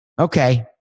Okay